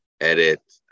edit